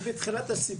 אני בתחילת הסיפור.